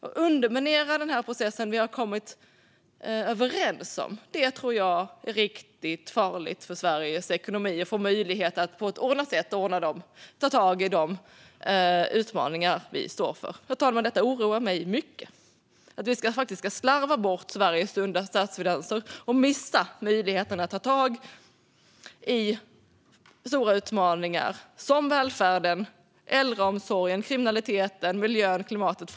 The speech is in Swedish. Att underminera den budgetprocess som vi har kommit överens om tror jag är riktigt farligt för Sveriges ekonomi och för möjligheterna att på ett ordnat sätt ta tag i de utmaningar som vi står inför. Herr talman! Det oroar mig mycket att vi faktiskt ska slarva bort Sveriges sunda statsfinanser och missa möjligheten att ta tag i stora utmaningar, som välfärden, äldreomsorgen, kriminaliteten, miljön och klimatet.